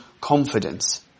confidence